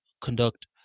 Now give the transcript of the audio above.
conduct